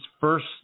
first